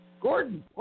Gordon